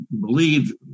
believe